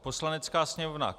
Poslanecká sněmovna: